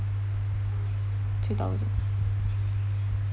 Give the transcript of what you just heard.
three thousand